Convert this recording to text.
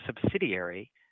subsidiary